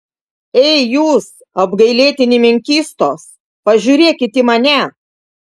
ei jūs apgailėtini menkystos pažiūrėkit į mane